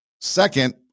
Second